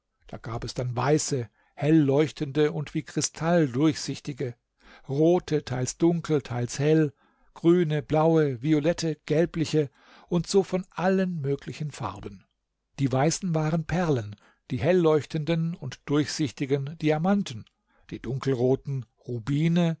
da gab es dann weiße helleuchtende und wie kristall durchsichtige rote teils dunkel teils hell grüne blaue violette gelbliche und so von allen möglichen farben die weißen waren perlen die helleuchtenden und durchsichtigen diamanten die dunkelroten rubine